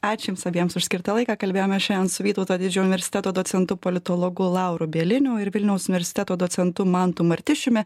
ačiū jums abiems už skirtą laiką kalbėjomės šiandien su vytauto didžiojo universiteto docentu politologu lauru bieliniu ir vilniaus universiteto docentu mantu martišiumi